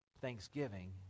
Thanksgiving